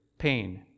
pain